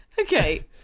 okay